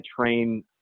train